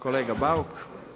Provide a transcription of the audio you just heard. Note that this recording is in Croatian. Kolega Bauk.